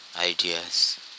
ideas